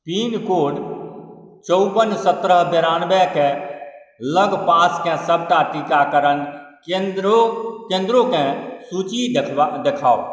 pincode चौबन सत्रह बिरानबेके लगपासके सभटा टीकाकरण केंद्रो केंद्रोंके सूची देखाउ